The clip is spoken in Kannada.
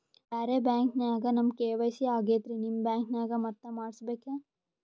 ಬ್ಯಾರೆ ಬ್ಯಾಂಕ ನ್ಯಾಗ ನಮ್ ಕೆ.ವೈ.ಸಿ ಆಗೈತ್ರಿ ನಿಮ್ ಬ್ಯಾಂಕನಾಗ ಮತ್ತ ಮಾಡಸ್ ಬೇಕ?